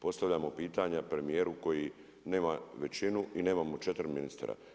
Postavljamo pitanja premijeru koji nema većinu i nemamo 4 ministra.